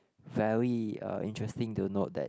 very uh interesting to note that